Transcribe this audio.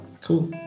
Cool